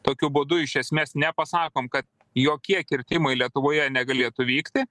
tokiu būdu iš esmės nepasakom kad jokie kirtimai lietuvoje negalėtų vykti